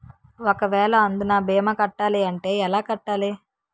ఒక వేల అందునా భీమా కట్టాలి అంటే ఎలా కట్టాలి?